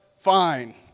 Fine